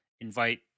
invite